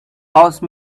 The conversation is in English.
house